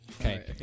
Okay